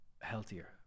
healthier